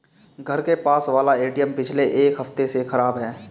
घर के पास वाला एटीएम पिछले एक हफ्ते से खराब है